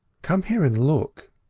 come here and look,